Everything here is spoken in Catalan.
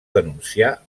denunciar